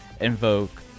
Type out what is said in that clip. invoke